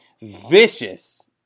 vicious